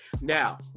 Now